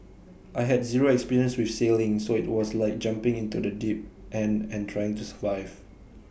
I had zero experience with sailing so IT was like jumping into the deep end and trying to survive